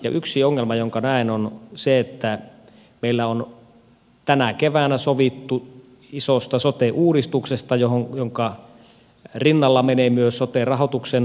yksi ongelma jonka näen on se että meillä on tänä keväänä sovittu isosta sote uudistuksesta jonka rinnalla menee myös sote rahoituksen uudistaminen